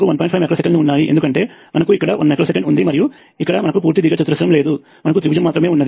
5 micro సెకన్లు ఉన్నాయి ఎందుకంటే మనకు ఇక్కడ 1 మైక్రో సెకండ్ ఉంది మరియు ఇక్కడ మనకు పూర్తి దీర్ఘచతురస్రం లేదు మనకు త్రిభుజం మాత్రమే ఉంది